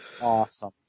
awesome